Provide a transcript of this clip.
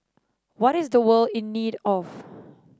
what is the world in need of